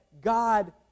God